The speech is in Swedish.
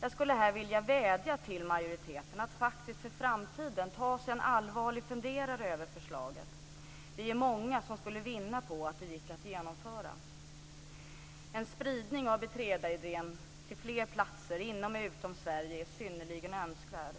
Jag skulle här vilja vädja till majoriteten att för framtiden ta sig en allvarlig funderare över förslaget. Vi är många som skulle vinna på att det gick att genomföra. En spridning av idén om "beträdor" till fler platser inom och utom Sverige är synnerligen önskvärd.